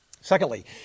Secondly